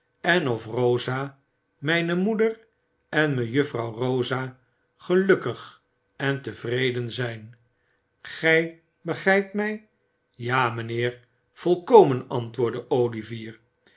en of rosa mijne moeder en mejuffrouw rosa gelukkig en tevreden zijn gij begrijpt mij ja mijnheer volkomen antwoordde olivier